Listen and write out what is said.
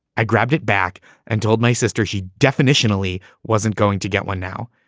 i grabbed it back and told my sister she definitionally wasn't going to get one now.